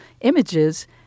images